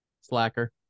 Slacker